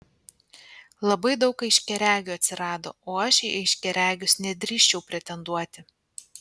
labai daug aiškiaregių atsirado o aš į aiškiaregius nedrįsčiau pretenduoti